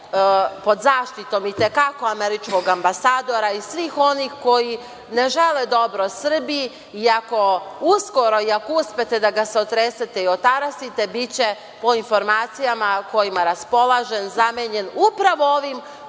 pod zaštitom i te kako, američkog ambasadora i svih onih ne žele dobro Srbiji, ako uskoro i ako uspete da ga se otresete i otarasite, biće po informacijama kojima raspolažem, zamenjen upravo ovim